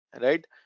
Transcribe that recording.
Right